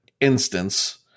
instance